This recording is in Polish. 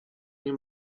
nie